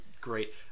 great